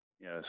Yes